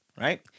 right